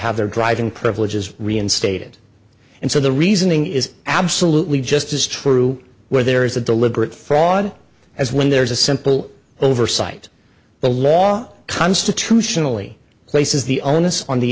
have their driving privileges reinstated and so the reasoning is absolutely just as true where there is a deliberate fraud as when there's a simple oversight the law constitutionally places the onus on the